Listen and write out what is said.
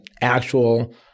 actual